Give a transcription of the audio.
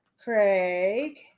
Craig